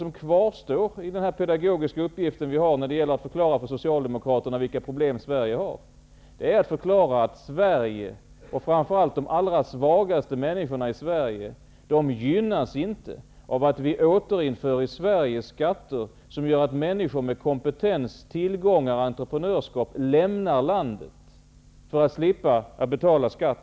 Det kvarstår för oss ett pedagogiskt problem, nämligen att förklara för Socialdemokraterna att Sverige, och framför allt de allra svagaste människorna i Sverige, inte gynnas av att vi återinför skatter som gör att människor med kompetens, tillgångar och entreprenörskap lämnar landet för att slippa betala skatt.